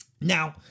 Now